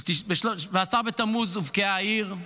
ב-17 בתמוז הובקעה העיר,